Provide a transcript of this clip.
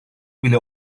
bile